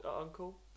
Uncle